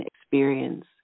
Experience